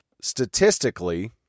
statistically